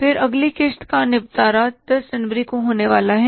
फिर अगली किस्त का निपटारा 10 जनवरी को होने वाला है